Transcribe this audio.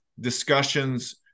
discussions